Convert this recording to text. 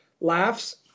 laughs